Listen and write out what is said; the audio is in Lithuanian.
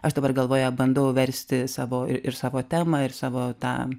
aš dabar galvoje bandau versti savo ir savo temą ir savo tą